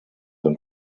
und